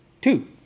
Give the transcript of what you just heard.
two